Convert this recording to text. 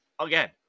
Again